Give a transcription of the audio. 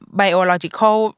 biological